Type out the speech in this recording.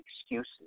excuses